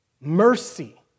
mercy